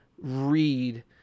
read